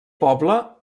poble